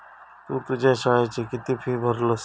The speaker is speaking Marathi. तु तुझ्या शाळेची किती फी भरलस?